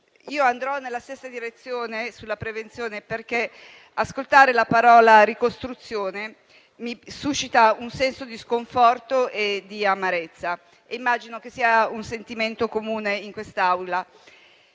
Andrò nella stessa direzione sulla prevenzione, perché ascoltare la parola "ricostruzione" mi suscita un senso di sconforto e di amarezza. Immagino che sia un sentimento comune in quest'Aula,